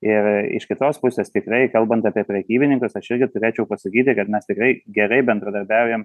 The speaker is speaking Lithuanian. ir iš kitos pusės tikrai kalbant apie prekybininkus aš irgi turėčiau pasakyti kad mes tikrai gerai bendradarbiaujam